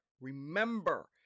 Remember